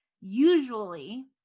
Usually